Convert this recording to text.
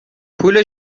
پول